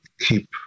keep